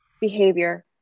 behavior